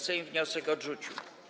Sejm wniosek odrzucił.